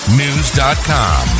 news.com